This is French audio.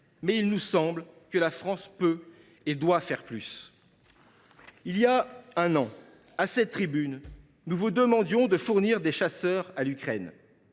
il nous semble que la France peut et doit faire plus. Il y a un an, à cette tribune, nous vous demandions de fournir des chasseurs à l’Ukraine.